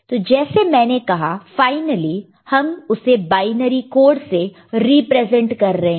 तो जैसे मैंने कहा फाइनली हम उसे बायनरी कोड से रिप्रेजेंट कर रहे हैं